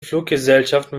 fluggesellschaften